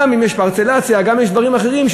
גם אם יש פרצלציה וגם אם יש דברים אחרים,